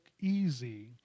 easy